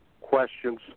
questions